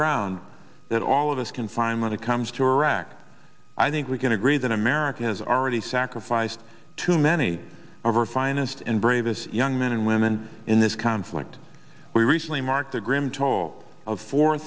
ground that all of us can find when it comes to wrack i think we can agree that america has already sacrificed too many of our finest and bravest young men and women in this conflict we recently marked the grim toll of four